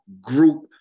group